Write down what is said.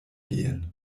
gehen